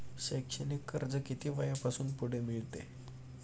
शैक्षणिक कर्ज किती वयापासून पुढे मिळते?